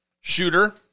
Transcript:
shooter